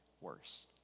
worse